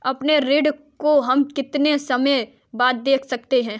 अपने ऋण को हम कितने समय बाद दे सकते हैं?